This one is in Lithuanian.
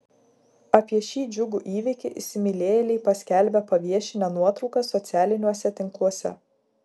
apie šį džiugų įvykį įsimylėjėliai paskelbė paviešinę nuotraukas socialiniuose tinkluose